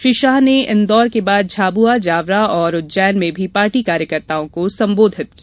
श्री शाह ने इंदौर के बाद झाबुआ जावरा और उज्जैन मे भी पार्टी कार्यकर्ताओं को संबोधित किया